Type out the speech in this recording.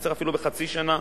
לקצר אפילו בחצי שנה,